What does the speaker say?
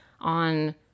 on